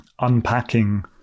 unpacking